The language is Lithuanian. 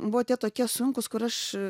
buvo tie tokie sunkūs kur aš